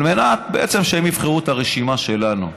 על מנת, בעצם, שהם יבחרו את הרשימה שלנו.